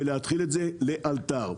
ולהתחיל את זה לאלתר.